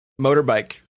motorbike